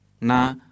na